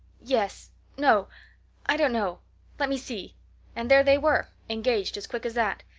yes no i don't know let me see' and there they were, engaged as quick as that.